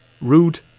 Rude